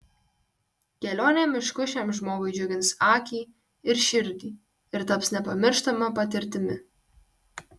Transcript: kelionė mišku šiam žmogui džiugins akį ir širdį ir taps nepamirštama patirtimi